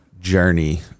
journey